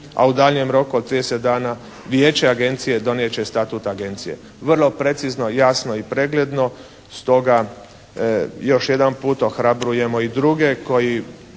a u daljnjem roku od 30 dana Vijeće Agencije donijet će statut Agencije. Vrlo precizno, jasno i pregledno. Stoga još jedan put ohrabrujemo i druge koji